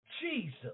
Jesus